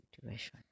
situation